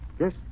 Yes